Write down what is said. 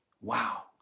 Wow